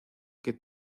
que